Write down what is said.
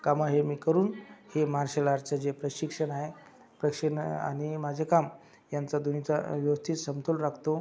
कामं हे मी करून हे मार्शल आर्टचं जे प्रशिक्षण आहे प्रक्षिना आणि माझे काम यांचा दोन्हीचा व्यवस्थित समतोल राखतो